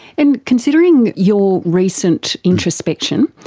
and considering your recent introspection,